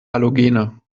halogene